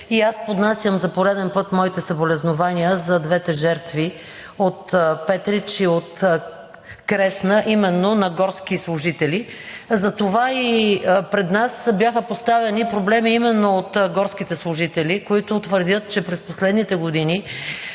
Аз поднасям за пореден път моите съболезнования за двете жертви от Петрич и от Кресна именно на горски служители. Пред нас бяха поставени проблеми именно от горските служители, които твърдят, че през последните години